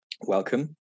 welcome